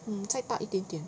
mm 再大一点点